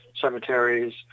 cemeteries